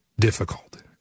difficult